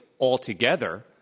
altogether